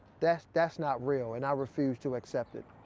that's that's not real. and i refuse to accept it.